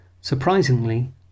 Surprisingly